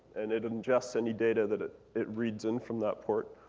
and it ingests any data that it it reads in from that port.